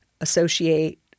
associate